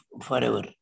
forever